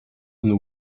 and